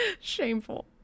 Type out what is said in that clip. Shameful